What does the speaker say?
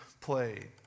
played